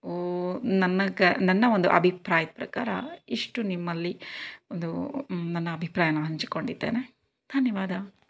ನನ್ನ ಗ ನನ್ನ ಒಂದು ಅಭಿಪ್ರಾಯದ ಪ್ರಕಾರ ಇಷ್ಟು ನಿಮ್ಮಲ್ಲಿ ಒಂದು ನನ್ನ ಅಭಿಪ್ರಾಯನ ಹಂಚಿಕೊಂಡಿದ್ದೇನೆ ಧನ್ಯವಾದ